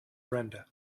brenda